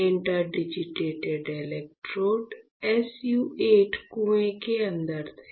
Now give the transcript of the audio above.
interdigitated electrode SU 8 कुएं के अंदर थे